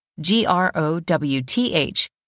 g-r-o-w-t-h